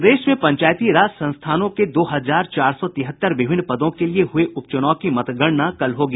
प्रदेश में पंचायती राज संस्थानों के दो हजार चार सौ तिहत्तर विभिन्न पदों के लिये हुए उप चुनाव की मतगणना कल होगी